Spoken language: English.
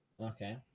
Okay